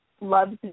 loves